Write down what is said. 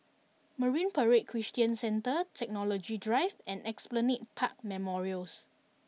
Marine Parade Christian Centre Technology Drive and Esplanade Park Memorials